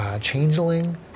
changeling